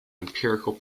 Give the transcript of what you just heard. empirical